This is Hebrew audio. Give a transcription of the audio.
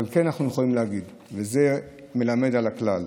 אבל כן אנחנו יכולים להגיד, וזה מלמד על הכלל,